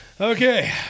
Okay